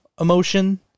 emotion